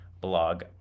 blog